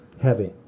heavy